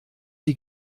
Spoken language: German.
die